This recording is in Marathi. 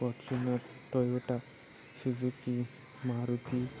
Fortuner Toyota Suzuki Maruti